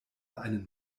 einen